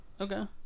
Okay